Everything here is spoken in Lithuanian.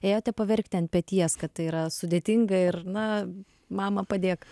ėjote paverkti ant peties kad tai yra sudėtinga ir na mama padėk